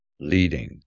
leading